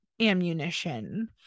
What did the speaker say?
Ammunition